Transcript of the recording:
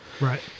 right